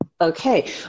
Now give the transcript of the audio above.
Okay